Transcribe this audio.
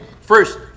First